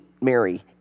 Mary